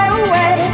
away